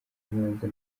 nyanza